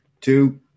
two